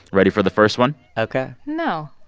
ready for the first one? ok no